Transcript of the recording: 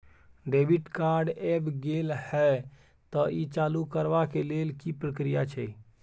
Debit card ऐब गेल हैं त ई चालू करबा के लेल की प्रक्रिया छै?